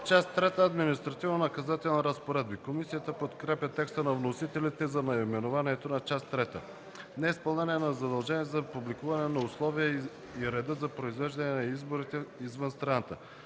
трета – Административнонаказателни разпоредби”. Комисията подкрепя текста на вносителите за наименованието на Част трета. „Неизпълнение на задължение за публикуване на условията и реда за произвеждане на изборите извън страната”